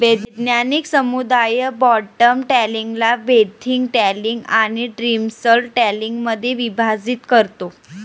वैज्ञानिक समुदाय बॉटम ट्रॉलिंगला बेंथिक ट्रॉलिंग आणि डिमर्सल ट्रॉलिंगमध्ये विभाजित करतो